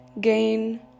gain